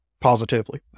positively